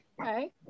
okay